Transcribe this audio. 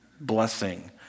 blessing